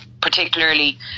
particularly